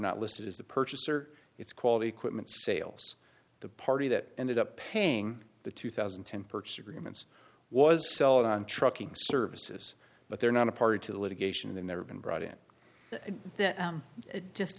not listed as the purchaser it's quality equipment sales the party that ended up paying the two thousand and ten purchase agreements was sell it on trucking services but they're not a party to the litigation they have been brought in that just